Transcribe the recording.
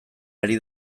ari